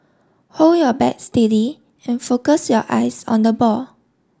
hold your bat steady and focus your eyes on the ball